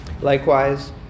Likewise